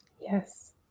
Yes